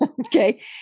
okay